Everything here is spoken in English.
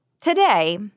today